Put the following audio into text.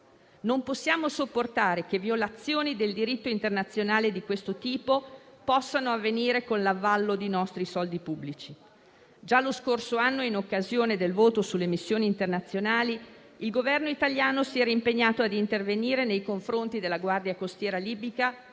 Non possiamo sopportare che violazioni del diritto internazionale di questo tipo possano avvenire con l'avallo dei nostri soldi pubblici. Già lo scorso anno, in occasione del voto sulle missioni internazionali, il Governo italiano si era impegnato ad intervenire nei confronti della Guardia costiera libica,